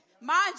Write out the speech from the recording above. Mind